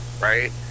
right